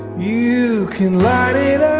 you can light it